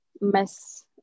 mess